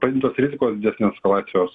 padintos rizikos didesnės eskalacijos